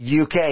UK